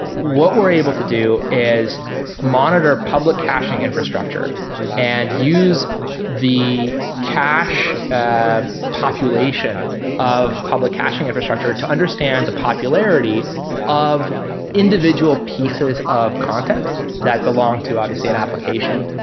what we're able to do is monitor public hashing infrastructure and use the cache ah population of public caching infrastructure to understand the popularity of individual pieces of content that belonged to obviously an application,